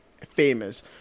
Famous